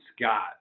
Scott